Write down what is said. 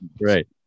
Right